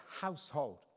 household